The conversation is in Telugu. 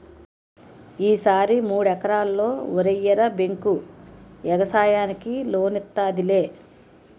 ఈ సారి మూడెకరల్లో వరెయ్యరా బేంకు యెగసాయానికి లోనిత్తాదిలే